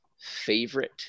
favorite